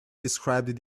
described